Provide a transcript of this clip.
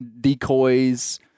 decoys